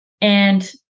And-